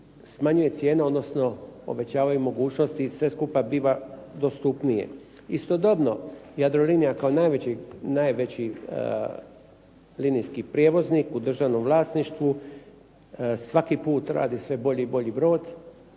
smanjuje cijena odnosno povećavaju mogućnosti i sve skupa biva dostupnije. Istodobno, Jadrolinija kao najveći linijski prijevoznik u državnom vlasništvu svaki put radi sve bolji i bolji brod,